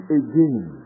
again